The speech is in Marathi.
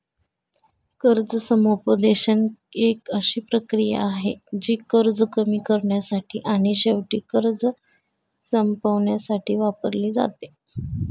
कर्ज समुपदेशन एक अशी प्रक्रिया आहे, जी कर्ज कमी करण्यासाठी आणि शेवटी कर्ज संपवण्यासाठी वापरली जाते